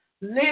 live